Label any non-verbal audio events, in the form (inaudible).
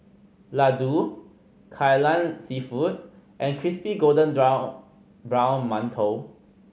laddu Kai Lan Seafood and crispy golden (unintelligible) brown mantou